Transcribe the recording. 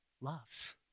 loves